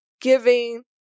giving